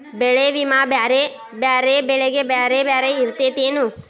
ಬೆಳೆ ವಿಮಾ ಬ್ಯಾರೆ ಬ್ಯಾರೆ ಬೆಳೆಗೆ ಬ್ಯಾರೆ ಬ್ಯಾರೆ ಇರ್ತೇತೆನು?